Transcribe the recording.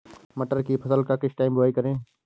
मटर की फसल का किस टाइम बुवाई करें?